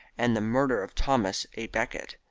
and the murder of thomas a becket,